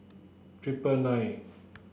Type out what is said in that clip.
triple nine